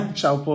ciao